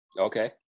Okay